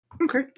Okay